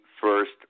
first